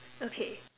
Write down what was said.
okay